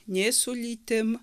nei su lytim